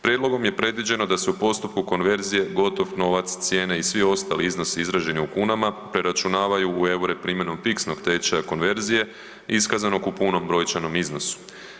Prijedlogom je predviđeno da se u postupku konverzije gotov novac, cijene i svi ostali iznosi izraženi u kunama preračunavaju u eure primjenom fiksnog tečaja konverzije iskazanog u punom brojčanom iznosu.